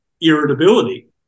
irritability